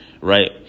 right